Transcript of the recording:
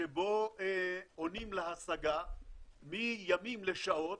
שבו עונים להשגה מימים לשעות.